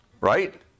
right